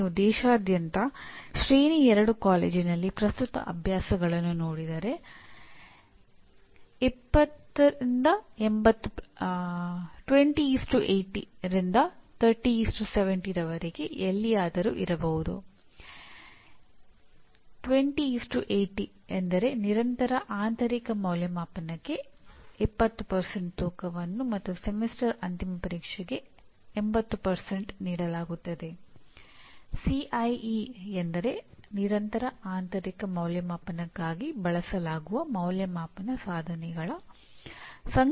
ಇದು ಉದ್ಯಮದ ಪ್ರಸ್ತುತ ಸ್ಥಿತಿ ಮತ್ತು ಪದವೀಧರ ವಿದ್ಯಾರ್ಥಿಗಳಿಗೆ ಅಗತ್ಯವಿರುವ ಅಥವಾ ಅವನು ಪಡೆದಿರುವ ಜ್ಞಾನ ಮತ್ತು ಕೌಶಲ್ಯದ ಮೇಲೆ ಅವಲಂಬಿತವಾಗಿರುತ್ತದೆ ಇದರ ಅರ್ಥ ಅವನು ತನ್ನ ಪದವಿಪೂರ್ವ ಕಾರ್ಯಕ್ರಮವನ್ನು ಪೂರ್ಣಗೊಳಿಸಿದ ಕೂಡಲೇ ಮುಂದಿನ ದಿನದಿಂದ ಉದ್ಯಮಕ್ಕೆ ಅಗತ್ಯವಿರುವಂತೆ ಪ್ರದರ್ಶನ ನೀಡಲು ಪ್ರಾರಂಭಿಸುತ್ತಾನೆ ಎಂದಲ್ಲ